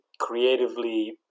creatively